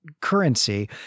currency